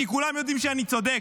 כי כולם יודעים שאני צודק.